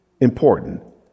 important